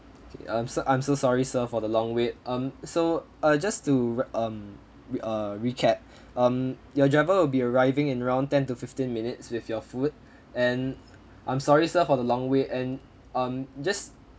okay um sir I'm so sorry sir for the long wait um so uh just to um err recap um your driver will be arriving in around ten to fifteen minutes with your food and I'm sorry sir for the long way and um just